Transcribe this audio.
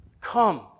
come